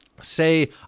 say